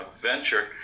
venture